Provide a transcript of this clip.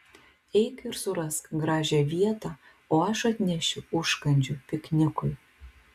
eik ir surask gražią vietą o aš atnešiu užkandžių piknikui